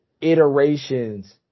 iterations